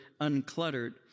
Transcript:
uncluttered